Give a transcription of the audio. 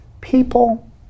people